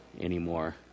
anymore